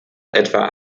etwa